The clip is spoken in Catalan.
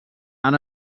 han